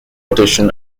audition